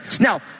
Now